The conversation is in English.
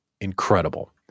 incredible